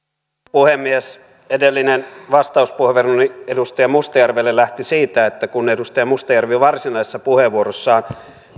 puhemies edellinen vastauspuheenvuoroni edustaja mustajärvelle lähti siitä että kun edustaja mustajärvi varsinaisessa puheenvuorossaan